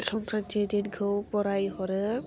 संक्रान्ति दिनखौ बराय हरो